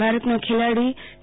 ભારતના ખેલાડી કે